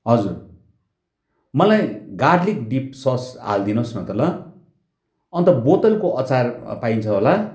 हजुर मलाई garlic dip sauce हालिदिनुहोस् न त ल अन्त बोतलको अचार पाइन्छ होला